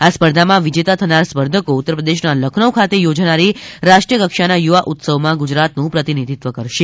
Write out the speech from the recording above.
આ સ્પર્ધામાં વિજેતા થનાર સ્પર્ધકો ઉત્તરપ્રદેશનાં લખનઉ ખાતે યોજાનારી રાષ્ટ્રીય કક્ષાના યુવા ઉત્સવમાં ગુજરાતનું પ્રતિનિધિત્વ કરશે